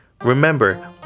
Remember